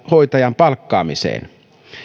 hoitajan palkkaamiseen